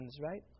Right